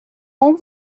whom